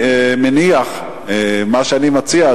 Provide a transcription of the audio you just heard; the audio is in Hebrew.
מה שאני מציע,